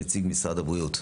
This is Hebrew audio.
נציג משרד הבריאות.